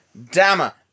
dammer